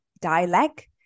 dialect